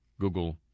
Google